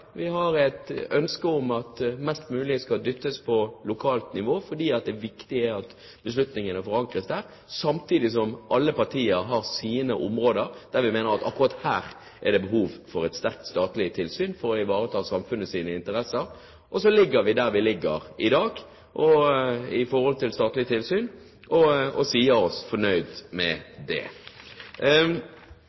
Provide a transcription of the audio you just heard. Vi har et ønske om at mest mulig skal legges på lokalt nivå, fordi det viktige er at beslutningene forankres der. Samtidig har alle partier sine områder der man mener at akkurat der er det behov for et sterkt statlig tilsyn for å ivareta samfunnets interesser. Så ligger vi der vi ligger i dag i forhold til statlig tilsyn, og sier oss fornøyd med det.